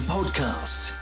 Podcast